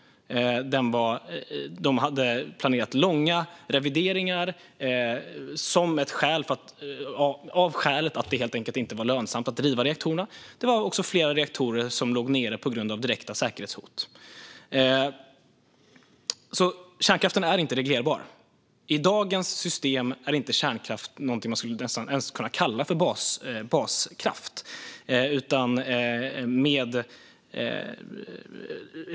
De hade planerat långa revideringar av skälet att det helt enkelt inte var lönsamt att driva reaktorerna. Det var också flera reaktorer som låg nere på grund av direkta säkerhetshot. Kärnkraften är alltså inte reglerbar. I dagens system är inte kärnkraft något som man ens skulle kunna kalla för baskraft.